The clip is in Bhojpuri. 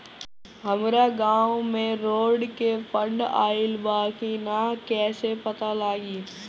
हमरा गांव मे रोड के फन्ड आइल बा कि ना कैसे पता लागि?